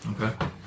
Okay